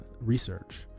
research